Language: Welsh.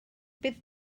bydd